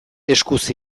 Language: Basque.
eskuz